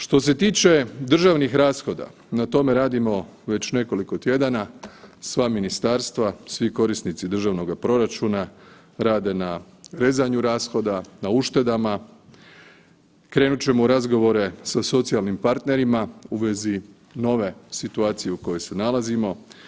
Što se tiče državnih rashoda, na tome radimo već nekoliko tjedana, sva ministarstva, svi korisnici državnoga proračuna rade na rezanju rashoda, na uštedama, krenut ćemo u razgovore sa socijalnim partnerima u vezi nove situacije u kojoj se nalazimo.